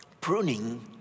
pruning